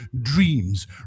dreams